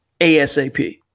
ASAP